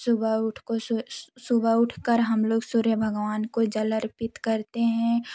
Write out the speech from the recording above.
सुबह उठ को सु सुबह उठ कर हम लोग सूर्य भगवान को जल अर्पित करते हैं